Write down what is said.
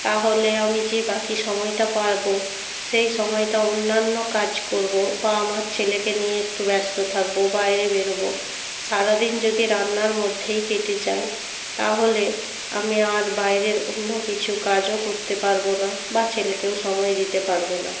তাহলে আমি যে বাকি সময়টা পাব সেই সময়টা অন্যান্য কাজ করব বা আমার ছেলেকে নিয়ে একটু ব্যস্ত থাকব বাইরে বেরোবো সারা দিন যদি রান্নার মধ্যেই কেটে যায় তাহলে আমি আর বায়রের অন্য কিছু কাজও করতে পারব না বা ছেলেকেও সময় দিতে পারব না